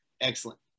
excellent